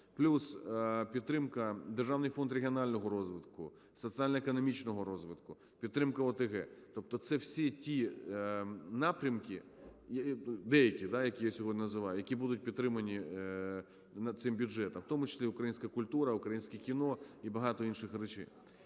плюс підтримка Державний фонд регіонального розвитку, соціально-економічного розвитку, підтримка ОТГ. Тобто це всі ті напрямки, деякі, які я сьогодні називаю, які будуть підтримані цим бюджетом, в тому числі українська культура, українське кіно і багато інших речей.